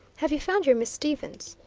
have you found your miss stevens?